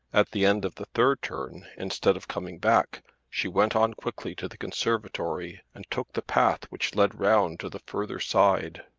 at the end of the third turn instead of coming back she went on quickly to the conservatory and took the path which led round to the further side.